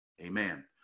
amen